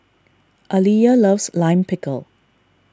Aliyah loves Lime Pickle